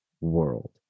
world